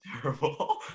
Terrible